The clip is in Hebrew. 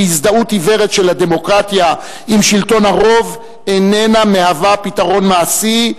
כי הזדהות עיוורת של הדמוקרטיה עם שלטון הרוב איננה מהווה פתרון מעשי,